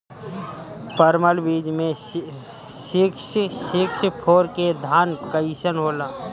परमल बीज मे सिक्स सिक्स फोर के धान कईसन होला?